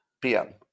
PM